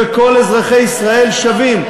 וכל אזרחי ישראל שווים,